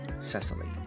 Cecily